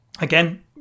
again